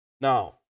Now